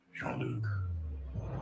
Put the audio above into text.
Jean-Luc